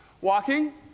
Walking